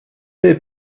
est